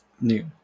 new